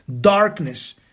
darkness